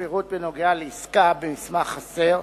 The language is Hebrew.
פירוט בנוגע לעסקה במסמך חסר),